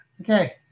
Okay